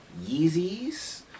Yeezys